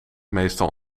meestal